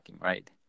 right